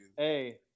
Hey